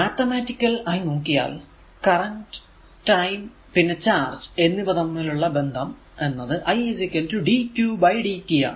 mathematical ആയി നോക്കിയാൽ current time പിന്നെ ചാർജ് എന്നിവ തമ്മിലുള്ള ബന്ധം എന്നത് i dqdt ആണ്